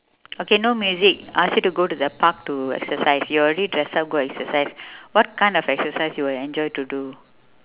okay no music ask you to go to the park to exercise you already dress up go exercise what kind of exercise you would enjoy to do